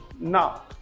now